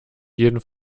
jeden